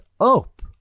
up